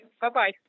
bye-bye